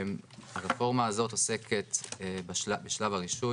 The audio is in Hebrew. הרפורמה הזאת עוסקת בשלב הרישוי,